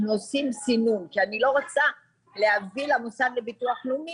עושים סינון כי אני לא רוצה להביא למוסד לביטוח לאומי